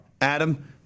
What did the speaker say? Adam